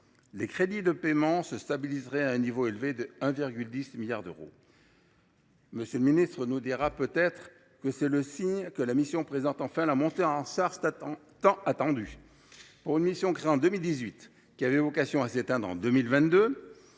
Les crédits de paiement se stabiliseraient à un niveau élevé de 1,1 milliard d’euros. M. le ministre nous dira peut être que c’est le signe que la mission présente enfin la montée en charge tant attendue. Pour une mission créée en 2018 et qui avait vocation à s’éteindre en 2022,